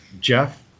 Jeff